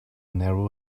narrow